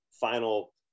final